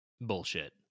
Bullshit